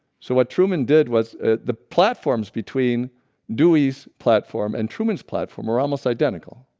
so what truman did was the platforms between dewey's platform and truman's platform were almost identical